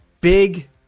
big